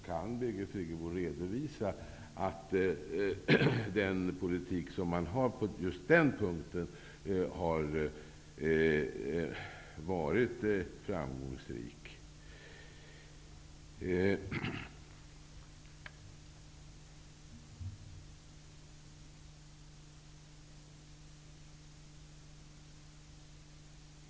Kan Birgit Friggebo redovisa att den politik man har på den punkten har varit framgångsrik?